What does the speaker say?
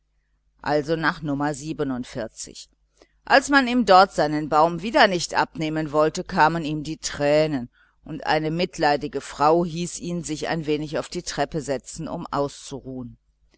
also nach nr als man ihm dort seinen baum wieder nicht abnehmen wollte kamen ihm die tränen und eine mitleidige frau hieß ihn sich ein wenig auf die treppe setzen um auszuruhen